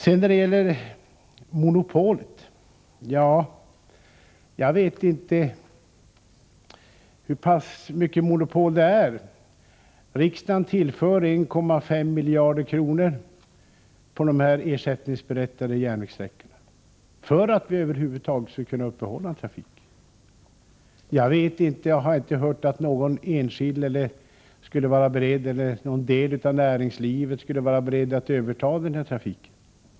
Beträffande monopolet vet jag inte hur pass mycket monopol det egentligen är. Riksdagen tillförde de ersättningsberättigade järnvägssträckorna 1,5 miljarder kronor, för att vi över huvud taget skulle kunna upprätthålla någon trafik. Jag har inte hört att någon enskild eller någon del av näringslivet skulle vara beredd att ta över denna trafik.